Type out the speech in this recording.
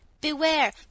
Beware